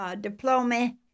diploma